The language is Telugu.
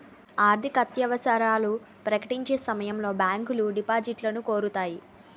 ఆర్థికత్యవసరాలు ప్రకటించే సమయంలో బ్యాంకులో డిపాజిట్లను కోరుతాయి